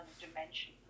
dimension